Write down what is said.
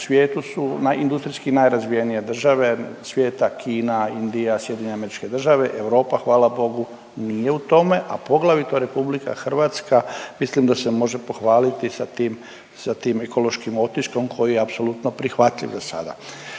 u svijetu su industrijski najrazvijenije države svijeta, Kina, Indija, SAD, Europa hvala Bogu nije u tome, a poglavito RH mislim da se može pohvaliti sa tim, sa tim ekološkim otiskom koji je apsolutno prihvatljiv za sada.